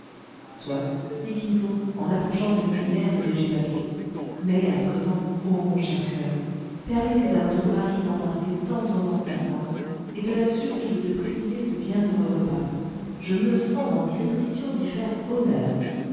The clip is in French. soit dit kin fo en approchant d'une lumière le léger papier mais à présent ô mon cher coeur permettez à votre mari d'embrasser tendrement sa femme et de la supplier de présider ce bienheureux repas je me sens en disposition d'y faire honneur